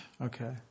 Okay